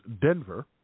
Denver